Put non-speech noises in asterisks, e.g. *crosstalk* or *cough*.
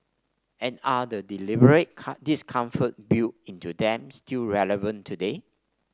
and are the deliberate *unintelligible* discomforts built into them still relevant today